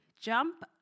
jump